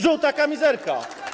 Żółta kamizelka.